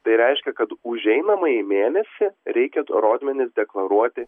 tai reiškia kad už einamąjį mėnesį reikia rodmenis deklaruoti